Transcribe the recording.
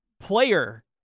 player